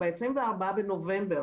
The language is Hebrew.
ב-24 בנובמבר